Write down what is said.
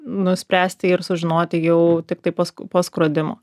nuspręsti ir sužinoti jau tiktai pask po skrodimo